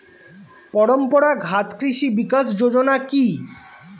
পরম্পরা ঘাত কৃষি বিকাশ যোজনা কি?